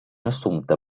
assumpte